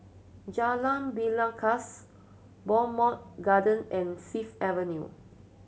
Jalan Belangkas Bowmont Garden and Fifth Avenue